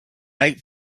out